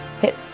Hit